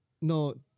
No